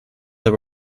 they